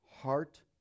heart